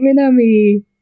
Minami